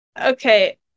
Okay